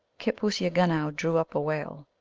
kitpooseagunow drew up a whale.